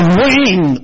ring